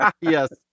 Yes